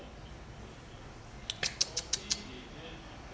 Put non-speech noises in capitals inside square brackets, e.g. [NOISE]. [NOISE]